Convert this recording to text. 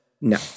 no